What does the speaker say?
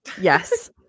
Yes